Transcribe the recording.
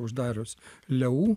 uždarius leu